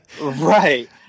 Right